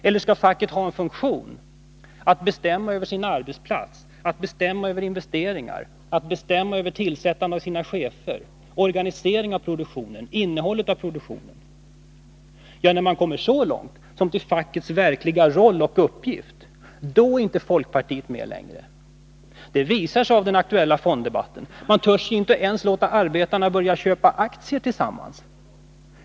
Eller skall facket ha funktionen att bestämma över förhållandena på arbetsplatserna, Över investeringar, över tillsättningar av chefer samt organiserandet av och innehållet i produktionen? När man kommer så långt, dvs. till fackets verkliga roll och uppgift, då är inte folkpartiet med längre. Det visar sig av den aktuella fonddebatten. Man törs inte ens låta arbetarna börja köpa aktier tillsammans.